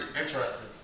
Interesting